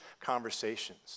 conversations